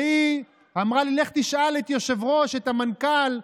והיא אמרה לי: לך תשאל את היושב-ראש, את המנכ"ל.